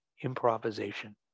improvisation